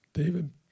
David